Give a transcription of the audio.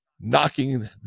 knocking